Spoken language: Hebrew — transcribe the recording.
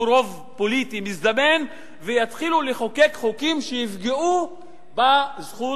רוב פוליטי מזדמן ויתחילו לחוקק חוקים שיפגעו באזרחות.